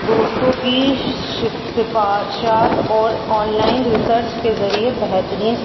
دوستوں کی سفارشات اور آن لائن ریسرچ کے ذریعے بہترین